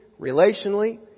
relationally